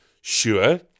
sure